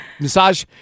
Massage